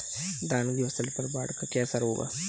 धान की फसल पर बाढ़ का क्या असर होगा?